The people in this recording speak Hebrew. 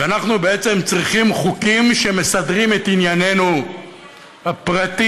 כשאנחנו בעצם צריכים חוקים שמסדרים את ענייננו הפרטי,